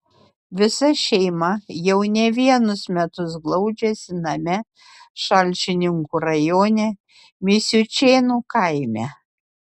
visa šeima jau ne vienus metus glaudžiasi name šalčininkų rajone misiučėnų kaime